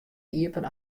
iepen